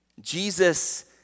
Jesus